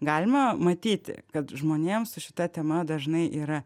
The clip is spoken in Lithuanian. galima matyti kad žmonėm su šita tema dažnai yra